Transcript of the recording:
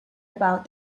about